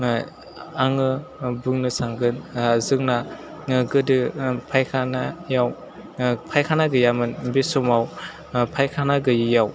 आङाे बुंनो सानगोन जोंना गोदो फायखानायाव फायखाना गैयामोन बे समाव फायखाना गैयियाव